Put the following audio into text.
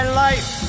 life